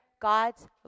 God's